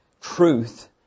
truth